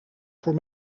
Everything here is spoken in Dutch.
voor